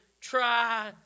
try